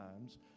times